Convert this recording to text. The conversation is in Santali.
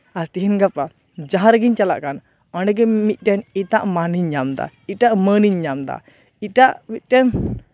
ᱟᱨ ᱛᱮᱦᱤᱧ ᱜᱟᱯᱟ ᱡᱟᱦᱟᱸ ᱨᱮᱜᱤᱧ ᱪᱟᱞᱟᱜ ᱠᱟᱱ ᱚᱰᱮ ᱜᱮ ᱢᱤᱫᱴᱟᱱ ᱮᱴᱟᱜ ᱢᱟᱱᱤᱧ ᱧᱟᱢᱫᱟ ᱮᱴᱟᱜ ᱢᱟᱹᱱ ᱤᱧ ᱧᱟᱢ ᱮᱫᱟ ᱮᱴᱟᱜ ᱢᱤᱫᱴᱮᱱ